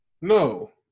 No